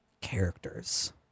characters